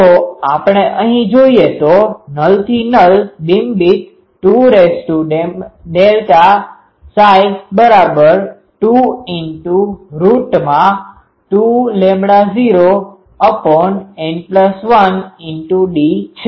જો આપણે અહી જોઈએ તો નલથી નલ બીમવિડ્થ 2ΔΨ22૦N1d છે